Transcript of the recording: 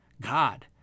God